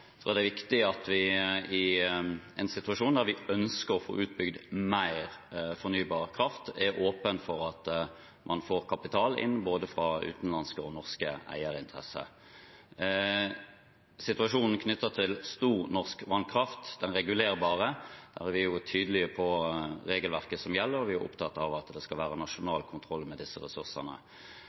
tror jeg det er viktig at vi i en situasjon der vi ønsker å få utbygd mer fornybar kraft, er åpne for at man får kapital inn fra både utenlandske og norske eierinteresser. Når det gjelder situasjonen knyttet til stor norsk vannkraft, den regulerbare, har vi vært tydelige på regelverket som gjelder, og vi er opptatt av at det skal være nasjonal kontroll med disse ressursene.